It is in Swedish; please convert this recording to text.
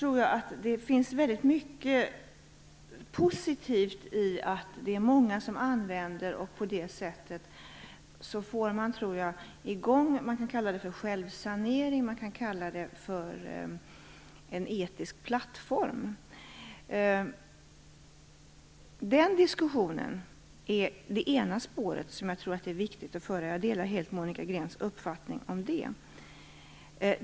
Som jag sade i mitt första svar är det väldigt positivt att det finns så många användare och att man på det sättet får i gång vad vi kan kalla för en självsanering eller en etisk plattform. Den diskussionen är det ena spåret som jag tror att det är viktigt att följa; jag delar helt Monica Greens uppfattning om det.